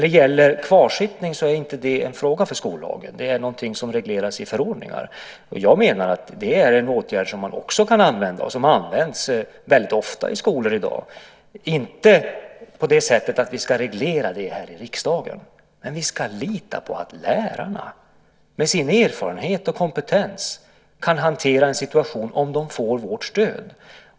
Detta med kvarsittning är inte en fråga för skollagen, utan det är något som regleras i förordningar. Jag menar att kvarsittning är en åtgärd som också kan användas, och som används väldigt ofta i skolor i dag. Det är inte på det sättet att vi ska reglera det här i riksdagen men vi ska lita på att lärarna med sin erfarenhet och kompetens kan hantera uppkommen situation om de får vårt stöd.